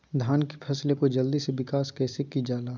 धान की फसलें को जल्दी से विकास कैसी कि जाला?